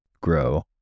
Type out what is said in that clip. grow